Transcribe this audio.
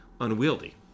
unwieldy